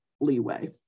leeway